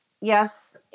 yes